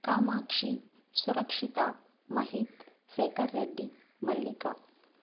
కామాక్షి సురక్షిత మహిత్ శేఖర్రెడ్డి మల్లిక